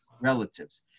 relatives